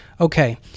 okay